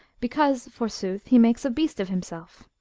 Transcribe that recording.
because, forsooth, he makes a beast of himself.